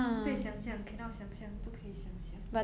!wah! 不可以想像 cannot 想像不可以想像